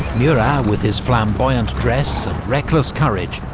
murat, with his flamboyant dress and reckless courage,